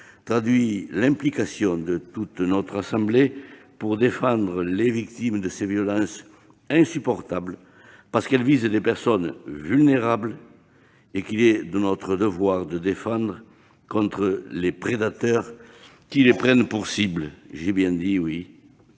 traduit l'implication de l'ensemble de notre assemblée pour défendre les victimes de ces violences insupportables, parce qu'elles visent des personnes vulnérables qu'il est de notre devoir de défendre contre les prédateurs qui les prennent pour cibles. Car il s'agit